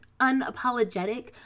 unapologetic